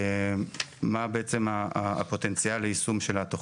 מה בעצם הפוטנציאל ליישום של התכנית.